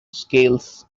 scales